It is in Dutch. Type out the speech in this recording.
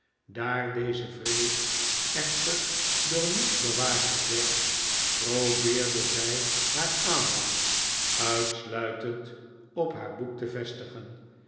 daar deze vrees echter door niets bewaarheid werd probeerde zij haar aandacht uitsluitend op haar boek te vestigen